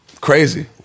Crazy